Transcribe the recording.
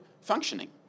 functioning